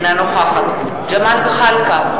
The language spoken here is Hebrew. אינה נוכחת ג'מאל זחאלקה,